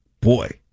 Boy